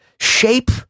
shape